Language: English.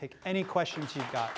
take any questions you got